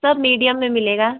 सब मीडीयम में मिलेगा